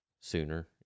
sooner